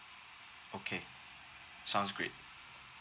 okay sounds great